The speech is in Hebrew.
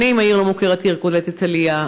שנים העיר לא מוכרת כעיר קולטת עלייה,